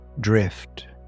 Drift